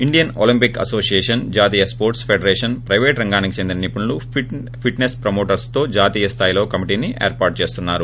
Indian Olympic association జాతీయ sport market మార federations private రంగానికి చెందిన నిపుణులు ఫిట్ నేస్ ప్రమోటర్స్ తో జాతీయ స్థాయిలో కమిటిని ఏర్పాటుచేస్తున్నారు